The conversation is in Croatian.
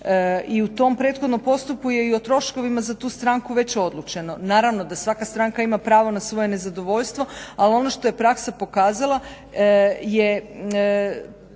I u tom prethodnom postupku je i o troškovima za tu stranku već odlučeno. Naravno da svaka stranka ima pravo na svoje nezadovoljstvo ali ono što je praksa pokazala je